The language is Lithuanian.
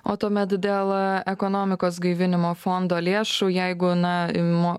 o tuomet dėl ekonomikos gaivinimo fondo lėšų jeigu na inmo